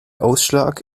ausschlag